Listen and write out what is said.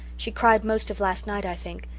she cried most of last night, i think,